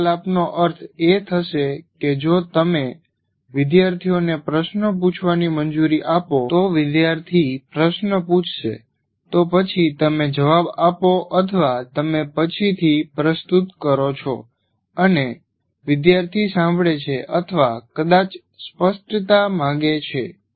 આ વાર્તાલાપનો અર્થ એ થશે કે જો તમે વિદ્યાર્થીઓને પ્રશ્નો પૂછવાની મંજુરી આપો તો વિદ્યાર્થી પ્રશ્ન પૂછશે તો પછી તમે જવાબ આપો અથવા તમે પછીથી પ્રસ્તુત કરો છો અને વિદ્યાર્થી સાંભળે છે અથવા કદાચ સ્પષ્ટતા માગે છે